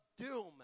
doom